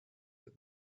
that